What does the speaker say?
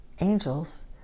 angels